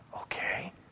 okay